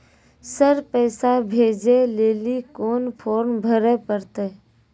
Sir पैसा भेजै लेली कोन फॉर्म भरे परतै?